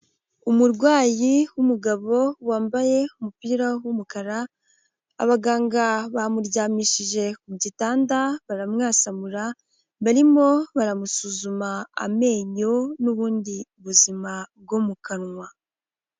Umurwayi w'umugabo, wambaye umupira w'umukara, abaganga bamuryamishije ku gitanda baramwasamura, barimo baramusuzuma amenyo n'ubundi buzima bwo mu kanwa.